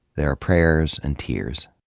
there are prayers and tears.